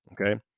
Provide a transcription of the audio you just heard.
Okay